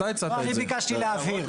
אני ביקשתי להבהיר.